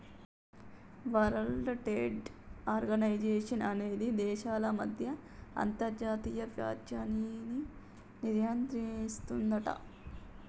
world trade organization అనేది దేశాల మధ్య అంతర్జాతీయ వాణిజ్యాన్ని నియంత్రిస్తుందట